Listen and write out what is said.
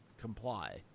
comply